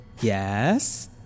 Yes